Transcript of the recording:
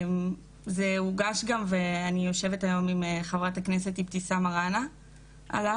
זה הוגש גם ואני יושבת היום עם חברת הכנסת אבתיסאם מראענה עליו.